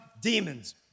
demons